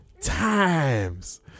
times